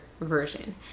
version